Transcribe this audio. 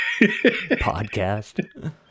podcast